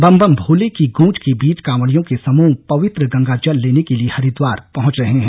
बम बम भोले की गूंज के बीच कांवडियों के समूह पवित्र गंगा जल लेने के लिये हरिद्वार पहुंच रहे हैं